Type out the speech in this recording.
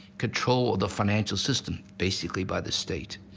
control of the financial system, basically by the state.